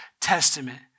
Testament